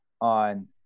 on